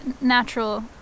natural